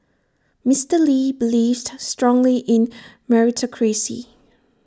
Mister lee believed strongly in meritocracy